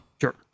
Sure